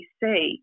see